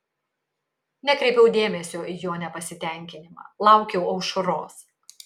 nekreipiau dėmesio į jo nepasitenkinimą laukiau aušros